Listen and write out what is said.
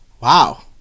Wow